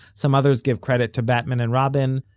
some others give credit to batman and robin,